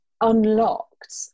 unlocked